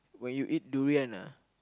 when you eat durian ah